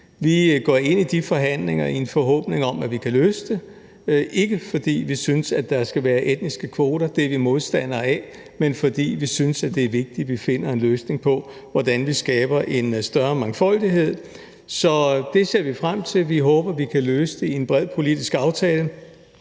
Vi går ind i de forhandlinger i en forhåbning om, at vi kan løse det. Det er ikke, fordi vi synes, at der skal være etniske kvoter – det er vi modstandere af – men fordi vi synes, det er vigtigt, at vi finder en løsning på, hvordan vi skaber en større mangfoldighed. Så det ser vi frem til, og vi håber, at vi kan løse det i en bred politisk aftale.